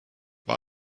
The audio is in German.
war